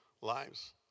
lives